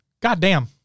Goddamn